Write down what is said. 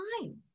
time